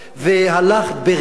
והלך ברגישות,